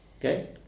Okay